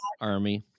Army